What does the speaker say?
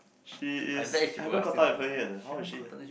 she is haven't caught up with her yet eh how is she ah